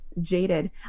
jaded